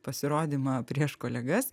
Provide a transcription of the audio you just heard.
pasirodymą prieš kolegas